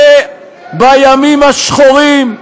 שבימים השחורים,